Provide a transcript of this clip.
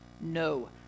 no